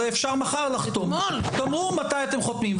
הרי אפשר מחר לחתום תאמרו מתי אתם חותמים.